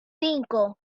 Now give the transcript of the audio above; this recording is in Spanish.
cinco